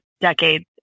decades